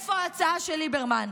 איפה ההצעה של ליברמן?